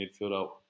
midfielder